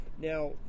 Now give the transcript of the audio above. Now